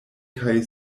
kaj